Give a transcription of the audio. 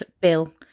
Bill